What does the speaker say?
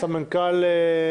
לא.